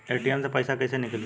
ATM से पैसा कैसे नीकली?